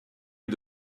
les